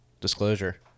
Disclosure